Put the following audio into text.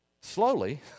Slowly